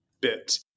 bit